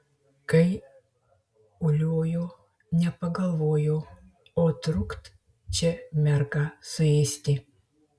kai uliojo nepagalvojo o trukt čia mergą suėsti